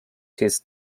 his